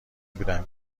بودم